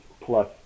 plus